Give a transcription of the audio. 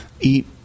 eat